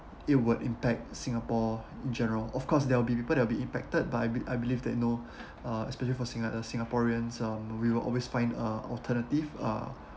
it would impact singapore in general of course there will be people that will be impacted I believe I believe that you know uh especially for singa~ uh singaporeans um we will always find uh alternative uh